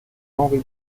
henri